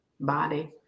body